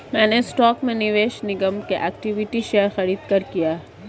मैंने स्टॉक में निवेश निगम के इक्विटी शेयर खरीदकर किया है